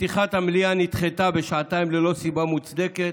שפתיחת המליאה נדחתה בשעתיים ללא סיבה מוצדקת,